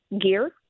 gear